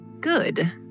good